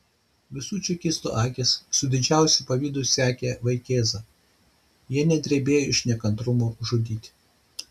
visų čekistų akys su didžiausiu pavydu sekė vaikėzą jie net drebėjo iš nekantrumo žudyti